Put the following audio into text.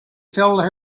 filled